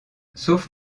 sauf